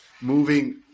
moving